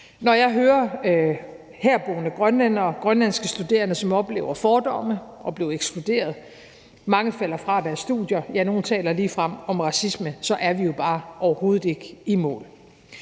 når jeg hører herboende grønlændere og grønlandske studerende, som oplever fordomme og bliver ekskluderet. Mange falder fra deres studier, og nogle ligefrem taler om racisme, og så er vi jo bare overhovedet ikke i mål.